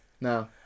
No